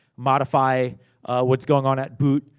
modify what's going on at boot,